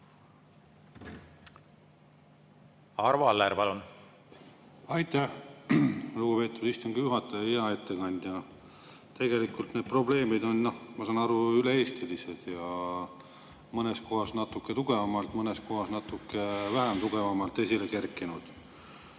Arvo Aller, palun! Aitäh, lugupeetud istungi juhataja! Hea ettekandja! Need probleemid on, ma saan aru, üle-eestilised ja mõnes kohas natuke tugevamalt, mõnes kohas natuke vähem tugevalt esile kerkinud.